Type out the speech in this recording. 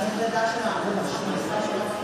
עד לפני חמש או שש שנים רוב החשמל בישראל יוצר